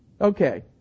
Okay